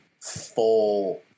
full